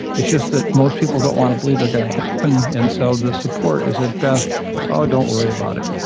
it's just that most people don't want to believe they are going to happen and so the support is at best oh, don't worry about it.